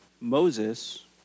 Moses